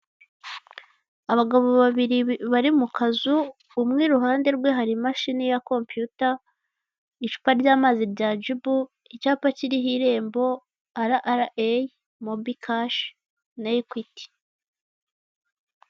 Abagabo babiri bari mu kazu; umwe irunde rwe hari imashini ya kompiyuta, icupa ry'amazi rya jibu, icyapa kiriho irembo, rra, mobi cashi na ekwiti.